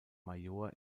major